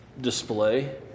display